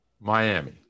Miami